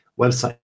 website